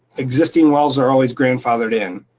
existing wells are always grandfathered in.